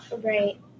Right